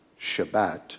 Shabbat